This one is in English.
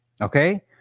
Okay